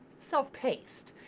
self paced.